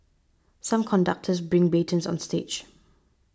some conductors bring batons on stage